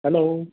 hello